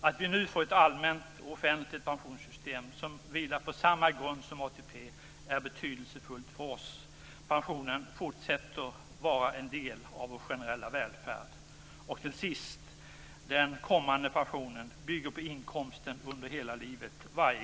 Att vi nu får ett allmänt och offentligt pensionssystem som vilar på samma grund som ATP är betydelsefullt för oss. Pensionen fortsätter att vara en del av vår generella välfärd. Till sist: Den kommande pensionen bygger på inkomsten under hela livet.